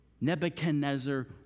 Nebuchadnezzar